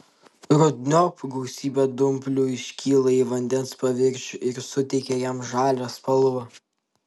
rudeniop gausybė dumblių iškyla į vandens paviršių ir suteikia jam žalią spalvą